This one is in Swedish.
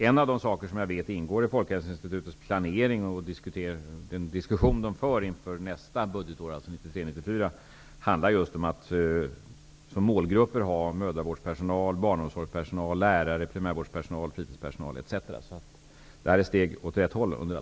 En av de saker som jag vet ingår i Folkhälsoinstitutets planering och i den diskussion de för inför nästa budgetår, 1993/94, är just att som målgrupper ha mödravårdspersonal, barnomsorgspersonal, lärare, primärvårdspersonal, fritispersonal, etc. Detta är under alla förhållanden ett steg åt rätt håll.